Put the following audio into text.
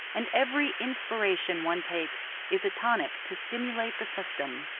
and every inspiration one takes is a tonic to stimulate the system.